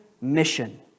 mission